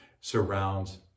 surrounds